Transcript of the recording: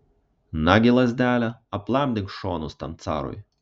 nagi lazdele aplamdyk šonus tam carui